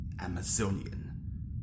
Amazonian